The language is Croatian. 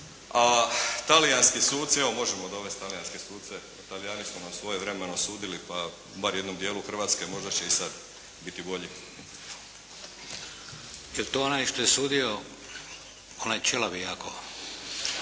a talijanski suci, evo možemo dovest talijanske suce, Talijani su nam svojevremeno sudili, pa bar jednom dijelu Hrvatske, možda će i sad biti bolji. **Šeks, Vladimir (HDZ)** Jel' to onaj što je sudio, onaj ćelavi jako?